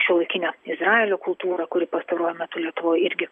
šiuolaikinę izraelio kultūrą kuri pastaruoju metu lietuvoj irgi